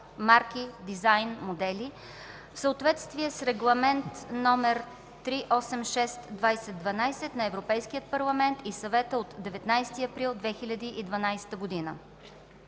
(марки, дизайни и модели), в съответствие с Регламент (ЕС) № 386/2012 на Европейския парламент и на Съвета от 19 април 2012 г.